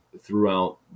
throughout